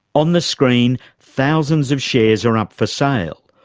on the screen, thousands of shares are up for sale,